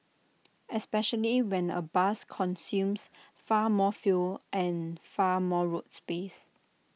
especially when A bus consumes far more fuel and far more road space